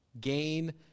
Gain